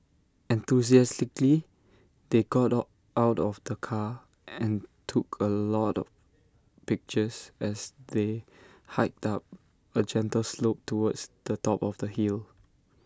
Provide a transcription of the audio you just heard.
enthusiastically they got out of the car and took A lot of pictures as they hiked up A gentle slope towards the top of the hill